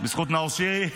בזכות נאור שירי.